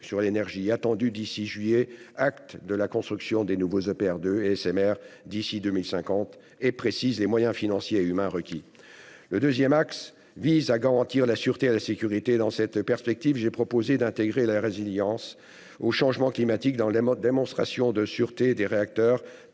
et le climat, attendue d'ici à juillet prochain, acte la construction des nouveaux EPR 2 et SMR d'ici à 2050 et précise les moyens financiers et humains requis. Le deuxième axe vise à garantir la sûreté et la sécurité. Dans cette perspective, j'ai proposé d'intégrer la résilience au changement climatique dans la démonstration de sûreté des réacteurs,